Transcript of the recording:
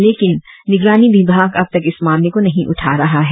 लेकिन विभाग अब तक इस मामले को नही उठा रहा है